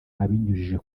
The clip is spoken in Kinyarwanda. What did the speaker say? abinyujije